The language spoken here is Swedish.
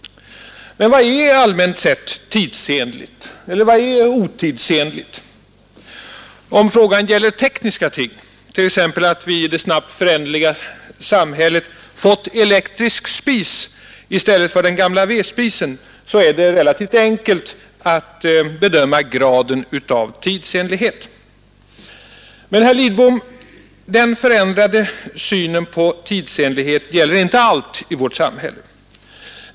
Vad är allmänt sett tidsenligt eller otidsenligt? Om frågan gäller tekniska ting, t.ex. att vi i det snabbt föränderliga samhället har fått elektriska spisar i stället för de gamla vedspisarna, är det relativt enkelt att bedöma graden av tidsenlighet. Men, herr Lidbom, den förändrade synen på tidsenligheten gäller inte allt i vårt samhälle.